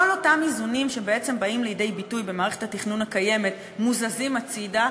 כל אותם איזונים שבאים לידי ביטוי במערכת התכנון הקיימת מוזזים הצדה,